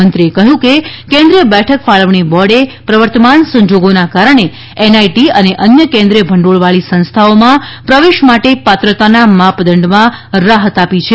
મંત્રીએ કહ્યું કે કેન્દ્રિય બેઠક ફાળવણી બોર્ડે પ્રવર્તમાન સંજોગોને કારણે એનઆઈટી અને અન્ય કેન્દ્રિય ભંડોળવાળી સંસ્થાઓમાં પ્રવેશ માટે પાત્રતાના માપદંડમાં રાહતનો આપી છે